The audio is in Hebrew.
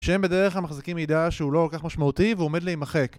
שהם בדרך המחזיקים מידע שהוא לא כל כך משמעותי, והוא עומד להימחק